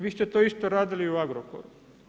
Vi ste to isto radili i u Agrokoru.